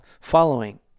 following